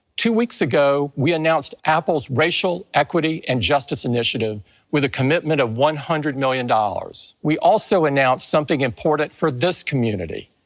two weeks ago we announced apple's racial, equity and justice initiative with the commitment of one hundred million dollars. we also announced something important for this community.